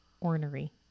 ornery